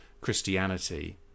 christianity